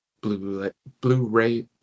Blu-ray